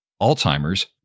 Alzheimer's